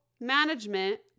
management